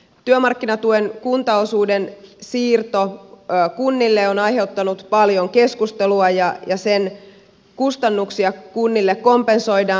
työmarkkinatuen kuntaosuuden siirto kunnille on aiheuttanut paljon keskustelua ja sen kustannuksia kunnille kompensoidaan